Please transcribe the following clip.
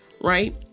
Right